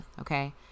okay